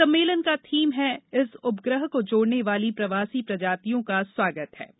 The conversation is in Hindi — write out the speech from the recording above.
सम्मेलन का थीम है इस उपग्रह को जोड़ने वाली प्रवासी प्रजातियों का स्वागत है